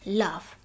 love